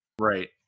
right